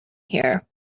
here